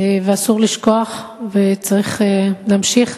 אסור לשכוח וצריך להמשיך,